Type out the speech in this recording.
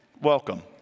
Welcome